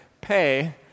pay